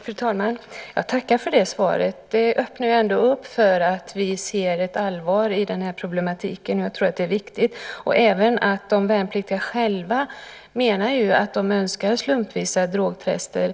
Fru talman! Jag tackar för det svaret. Det öppnar ändå upp för att vi ser ett allvar i problematiken. Det tror jag är viktigt. Även de värnpliktiga själva önskar slumpvisa drogtester,